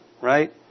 Right